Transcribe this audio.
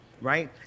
right